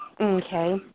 Okay